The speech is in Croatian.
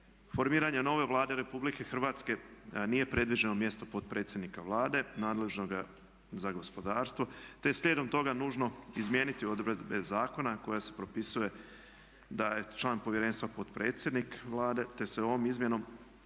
formiranje nove Vlade RH nije predviđeno mjesto potpredsjednika Vlade nadležnoga za gospodarstvo, te je slijedom toga nužno izmijeniti odredbe zakona koje se propisuje da je član povjerenstva potpredsjednik Vlade, te se ovom izmjenom